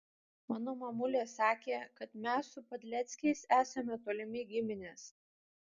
mano mamulė sakė kad mes su padleckiais esame tolimi giminės